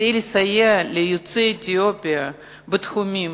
כדי לסייע ליוצאי אתיופיה בתחומים